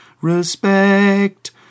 Respect